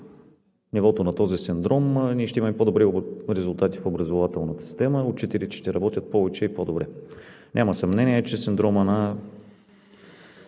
нивото на този синдром, ние ще имаме по-добри резултати в образователната система, а учителите ще работят повече и по-добре. Няма съмнение, че синдромът на